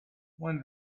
when